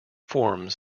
forms